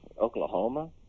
Oklahoma